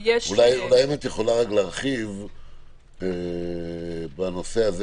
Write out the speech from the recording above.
אולי אם את יכולה רק להרחיב בנושא הזה